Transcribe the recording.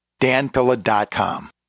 danpilla.com